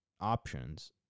options